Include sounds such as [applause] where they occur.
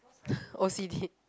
[noise] O_C_D